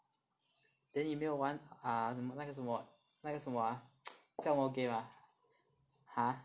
then 你没有玩 err 什么那个什么那个什么啊它叫什么 game ah !huh!